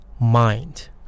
mind